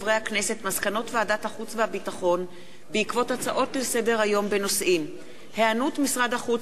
מסקנות ועדת החוץ והביטחון בנושא: היענות משרד החוץ